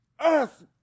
earth